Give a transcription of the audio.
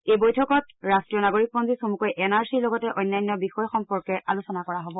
এই বৈঠকত ৰাষ্টীয় নাগৰিক পঞ্জী চমুকৈ এন আৰ চিৰ লগতে অন্যান্য বিষয় সম্পৰ্কে আলোচনা কৰা হ'ব